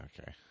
Okay